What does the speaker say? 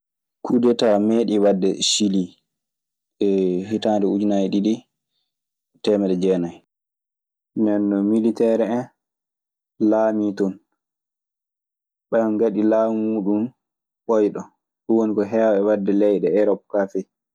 Kudeta meeɗiino waɗde Cili e hitande ujunnaaji diɗi e teemeɗɗe jeenay. Nden non militeer en laamii ton. Ɓen ngaɗi laamu muuɗun ɓooyɗo. Ɗun woni ko heewaa e waɗde leyɗe Erop kaa fey.